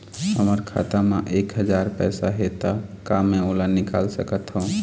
हमर खाता मा एक हजार पैसा हे ता का मैं ओला निकाल सकथव?